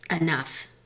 enough